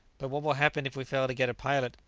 but what will happen if we fail to get a pilot?